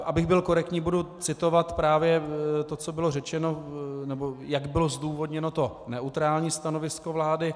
Abych byl korektní, budu citovat právě to, co bylo řečeno, nebo jak bylo zdůvodněno to neutrální stanovisko vlády.